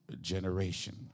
generation